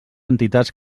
entitats